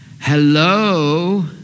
hello